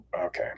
okay